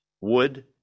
Wood